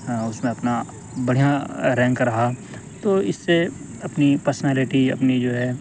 اس میں اپنا بڑھیا رینک رہا تو اس سے اپنی پرسنالٹی اپنی جو ہے